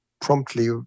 promptly